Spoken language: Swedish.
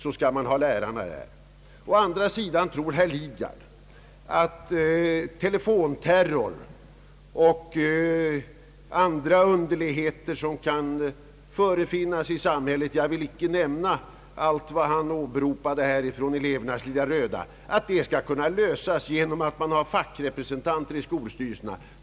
Å andra sidan säger herr Lidgard sig tro att problem som telefonterror och andra underligheter — jag vill inte nämna allt han åberopade ur elevernas »lilla röda» — skall kunna lösas genom fackrepresentanterna i skolstyrelserna.